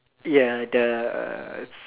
ya the